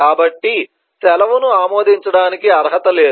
కాబట్టి సెలవును ఆమోదించడానికి అర్హత లేదు